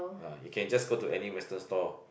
ah you can just go to any Western stall